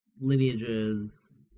lineages